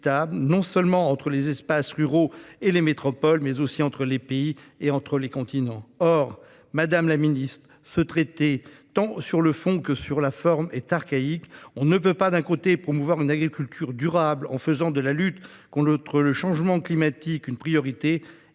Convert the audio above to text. non seulement entre les espaces ruraux et les métropoles, mais aussi entre les pays et entre les continents. Or, madame la secrétaire d'État, cet accord est archaïque tant sur le fond que sur la forme. On ne peut pas promouvoir une agriculture durable en faisant de la lutte contre le changement climatique une priorité